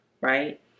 right